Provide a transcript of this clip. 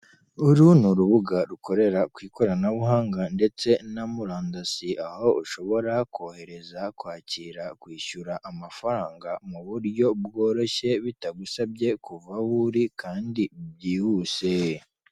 Uru ni urubuga rukorera ku ikoranabuhanga ndetse na murandasi aho ushobora kohereza, kwakira, kwishyura amafaranga mu buryo bworoshye bitagusabye kuva aho uri kandi bwihuse,